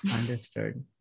understood